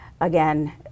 Again